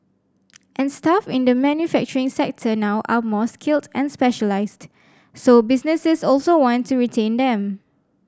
and staff in the manufacturing sector now are more skilled and specialised so businesses also want to retain them